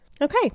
Okay